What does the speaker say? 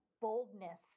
boldness